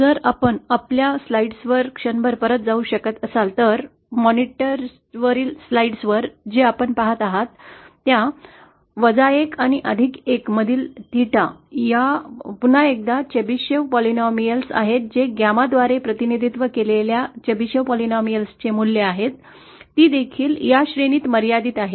जर आपण आपल्या स्लाइड्सवर क्षणभर परत जाऊ शकत असाल तर मॉनिटर स्लाइड्स वर जे आपण पहात आहात त्या वजा एक आणि अधिक एक मधील 𝚹 या पुन्हा एकदा चेव्हसिफ बहुपदीय आहेत जे γ द्वारे प्रतिनिधित्व केलेल्या चेबेशेव्ह बहुपदीयतेचे मूल्य आहेत ती देखील या श्रेणीत मर्यादित आहे